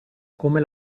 come